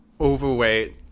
overweight